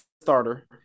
starter